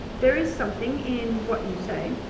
there is something in what you say.